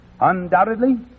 Undoubtedly